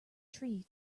tree